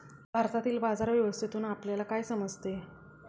भारतातील बाजार व्यवस्थेतून आपल्याला काय समजते?